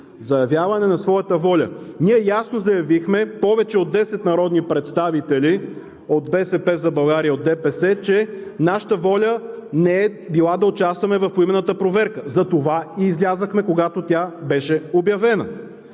заявяване на своята воля. Ние ясно заявихме, повече от десет народни представители от „БСП за България“ и от ДПС, че нашата воля не е била да участваме в поименната проверка, затова и излязохме, когато тя беше обявена.